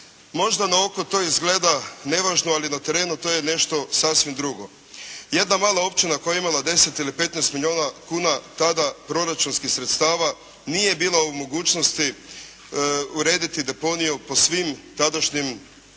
Možda naoko to izgleda nevažno, ali na terenu to je nešto sasvim drugo. Jedna mala općina koja je imala 10 ili 15 milijuna kuna tada proračunskih sredstava, nije bila u mogućnosti urediti deponiju po svim tadašnjim pravilima